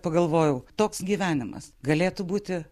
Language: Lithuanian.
pagalvojau toks gyvenimas galėtų būti